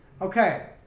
Okay